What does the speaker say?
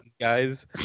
guys